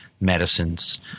medicines